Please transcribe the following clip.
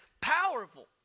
powerful